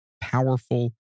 powerful